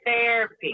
therapy